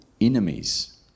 enemies